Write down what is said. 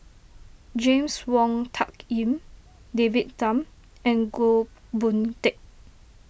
James Wong Tuck Yim David Tham and Goh Boon Teck